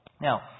Now